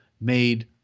made